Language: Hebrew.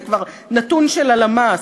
זה כבר נתון של הלמ"ס,